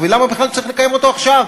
ולמה בכלל צריך לקיים אותו עכשיו.